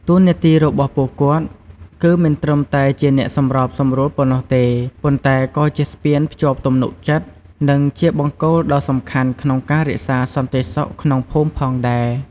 តួនាទីរបស់ពួកគាត់ គឺមិនត្រឹមតែជាអ្នកសម្របសម្រួលប៉ុណ្ណោះទេ ប៉ុន្តែក៏ជាស្ពានភ្ជាប់ទំនុកចិត្ត និងជាបង្គោលដ៏សំខាន់ក្នុងការរក្សាសន្តិសុខក្នុងភូមិផងដែរ។